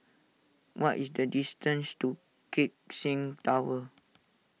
what is the distance to Keck Seng Tower